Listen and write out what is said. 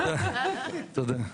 תודה.